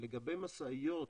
לגבי משאיות